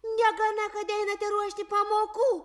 negana kad einate ruošti pamokų